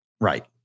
Right